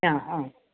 ആ ഹാ